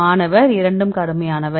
மாணவர் இரண்டும் கடுமையானவை